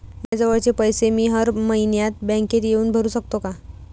मायाजवळचे पैसे मी हर मइन्यात बँकेत येऊन भरू सकतो का?